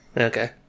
okay